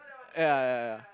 ya ya ya